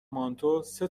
مانتو، سه